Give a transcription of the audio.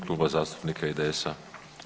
Kluba zastupnika IDS-a.